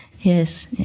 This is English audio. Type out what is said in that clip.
Yes